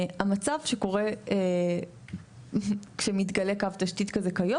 המצב שקורה כשמתגלה קו תשתית כזה כיום,